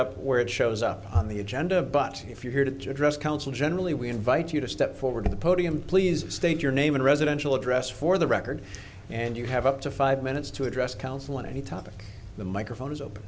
up where it shows up on the agenda but if you're here to address council generally we invite you to step forward to the podium please state your name and residential address for the record and you have up to five minutes to address council on any topic the microphone is open